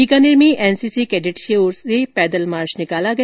बीकानेर में NCC cadets की ओर से पैदल मार्च निकाला गया